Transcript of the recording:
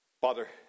Father